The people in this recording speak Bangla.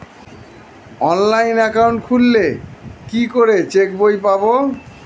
অনলাইন একাউন্ট খুললে কি করে চেক বই পাব?